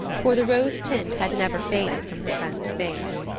for the rose tint had never faded from her friend's face.